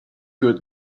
good